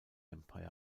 empire